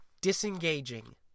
disengaging